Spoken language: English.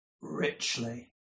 richly